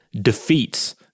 defeats